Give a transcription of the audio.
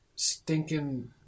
Stinking